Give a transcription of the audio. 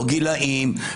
לא גילאים,